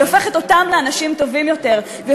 היא הופכת אותם לאנשים טובים יותר והיא